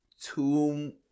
two